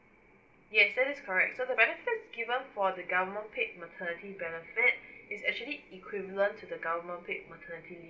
yes that is correct so the benefits given for the government paid maternity benefit is actually equivalent to the government paid maternity